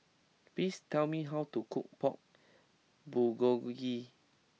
please tell me how to cook Pork Bulgogi